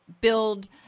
build